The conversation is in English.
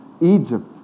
Egypt